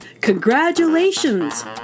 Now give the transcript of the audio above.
Congratulations